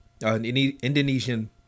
Indonesian